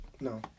No